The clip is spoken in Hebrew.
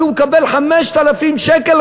כי הוא מקבל 5,000 שקל,